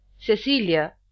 Cecilia